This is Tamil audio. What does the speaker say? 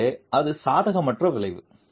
எனவே அது சாதகமற்ற விளைவு